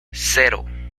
cero